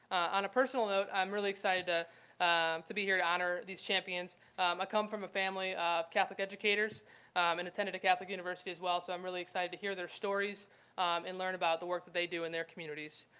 on a personal note i'm really excited ah to be here to honor these champions. i ah come from a family of catholic educators and attended a catholic university as well, so i'm really excited to hear their stories and learn about the work that they do in their communities.